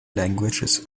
languages